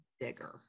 Bigger